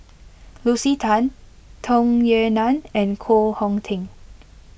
Lucy Tan Tung Yue Nang and Koh Hong Teng